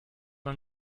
man